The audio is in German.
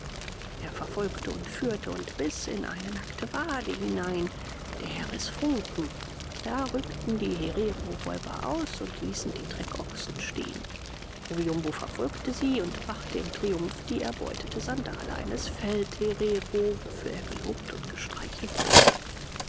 er verfolgte und führte und biß in eine nackte wade hinein der herr riß funken da rückten die hereroräuber aus und ließen die treckochsen stehen oviumbo verfolgte sie und brachte im triumph die erbeutete sandale eines feldherero wofür er gelobt und gestreichelt wurde